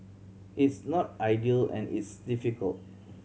it's not ideal and it's difficult